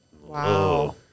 Wow